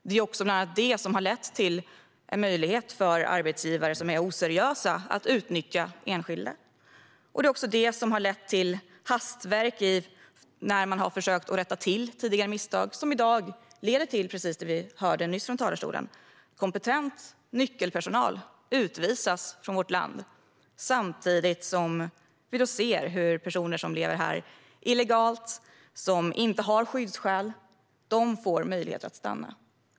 Det är bland annat det som har lett till möjligheter för arbetsgivare som är oseriösa att utnyttja enskilda, och det är också det som har lett till hastverk när man har försökt att rätta till tidigare misstag som i dag leder till precis det som vi nyss hörde från talarstolen, det vill säga att kompetent nyckelpersonal utvisas från vårt land samtidigt som vi ser hur personer som lever här illegalt och som inte har skyddsskäl får möjlighet att stanna.